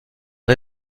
est